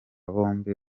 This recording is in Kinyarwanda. bombi